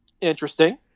interesting